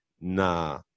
nah